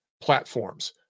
platforms